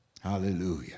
Hallelujah